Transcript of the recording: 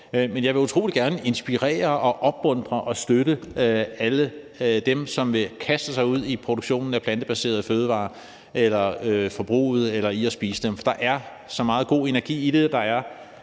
Men jeg vil utrolig gerne inspirere, opmuntre og støtte alle dem, som vil kaste sig ud i produktionen af plantebaserede fødevarer eller forbruget eller i at spise dem, for der er så meget god energi i det,